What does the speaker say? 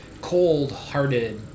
cold-hearted